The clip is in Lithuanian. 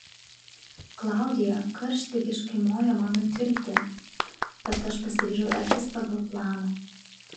klaudija karštligiškai mojo man nutilti bet aš pasiryžau elgtis pagal planą